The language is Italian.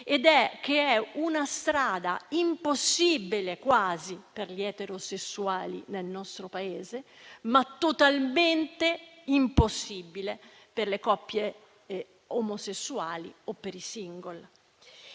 questa è una strada quasi impossibile per gli eterosessuali nel nostro Paese e totalmente impossibile per le coppie omosessuali o per i *single*.